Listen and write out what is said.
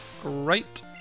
great